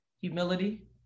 humility